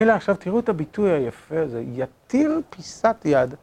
כאילו, עכשיו תראו את הביטוי היפה הזה, יתיר פיסת יד.